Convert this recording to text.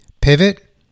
Pivot